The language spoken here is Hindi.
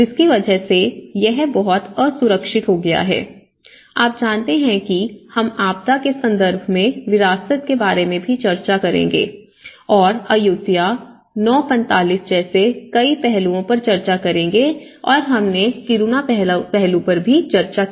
जिसकी वजह से यह बहुत असुरक्षित हो गया है आप जानते हैं कि हम आपदा के संदर्भ में विरासत के बारे में भी चर्चा करेंगे और अयुत्या 945 जैसे कई पहलुओं पर चर्चा करेंगे और हमने किरुना पहलू पर भी चर्चा की